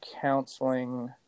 counseling